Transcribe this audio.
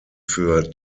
für